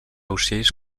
ocells